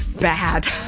bad